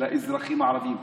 לאזרחים הערבים.